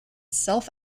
self